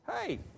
Hey